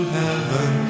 heaven